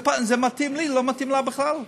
זה מתאים לי, לא מתאים לה בכלל.